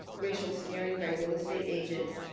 racial steering by real estate agents,